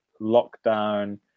lockdown